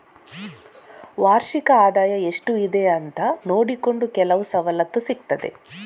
ವಾರ್ಷಿಕ ಆದಾಯ ಎಷ್ಟು ಇದೆ ಅಂತ ನೋಡಿಕೊಂಡು ಕೆಲವು ಸವಲತ್ತು ಸಿಗ್ತದೆ